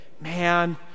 man